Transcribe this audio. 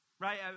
Right